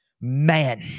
Man